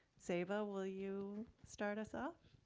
zeyba, will you start us off?